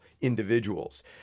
individuals